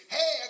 Hey